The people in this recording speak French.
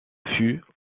fut